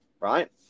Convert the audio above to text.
right